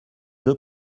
deux